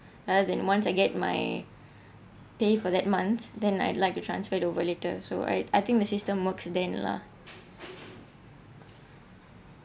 and than once I get my pay for that month then I'd like to transfer over later so I I think the system works then lah